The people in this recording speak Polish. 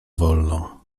wolno